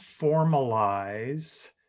formalize